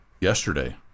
yesterday